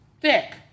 Thick